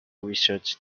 research